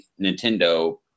Nintendo